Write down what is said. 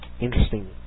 interesting